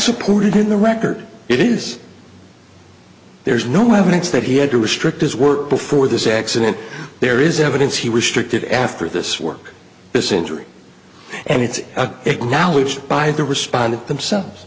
supported in the record it is there's no evidence that he had to restrict his work before this accident there is evidence he restricted after this work this injury and it's a acknowledge by the respondent themselves